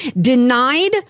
denied